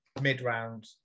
mid-round